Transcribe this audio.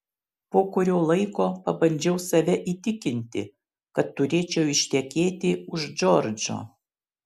po kurio laiko pabandžiau save įtikinti kad turėčiau ištekėti už džordžo